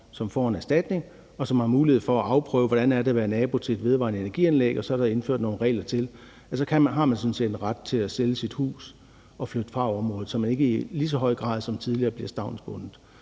De får en erstatning, og de har mulighed for at afprøve, hvordan det er at være nabo til et vedvarende energi-anlæg, og så er der indført nogle regler, der gør, at man har ret til at sælge sit hus og flytte fra området, så man ikke i lige så høj grad som tidligere bliver stavnsbundet.